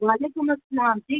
وعلیکم السلام جی